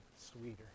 sweeter